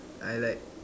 I like